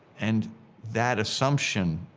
and that assumption